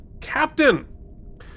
Captain